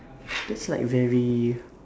that's like very